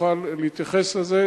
יוכל להתייחס לזה,